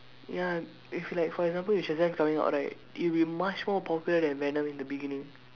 ya if like for example coming out right it'll be much more popular than venom in the beginning